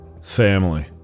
family